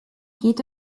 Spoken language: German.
geht